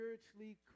spiritually